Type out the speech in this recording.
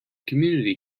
community